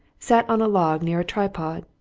sat on a log near a tripod,